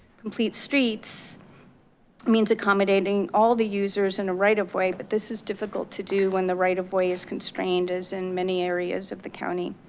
complete streets means accommodating all the users and a right of way but this is difficult to do when the right of way is constrained as in many areas of the county.